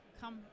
come